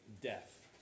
death